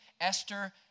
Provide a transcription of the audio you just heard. Esther